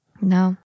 No